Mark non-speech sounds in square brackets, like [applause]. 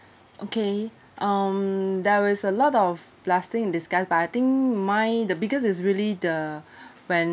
okay um there is a lot of blessing in disguise but I think my the biggest is really the [breath] when